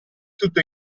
tutto